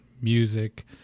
music